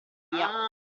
via